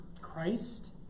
Christ